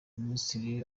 minisitiri